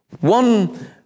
One